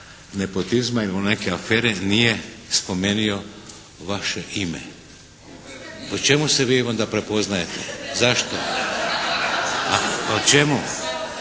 nepotizma ili neke afere nije spomenuo vaše ime. Po čemu se vi onda prepoznajete, zašto? Ničim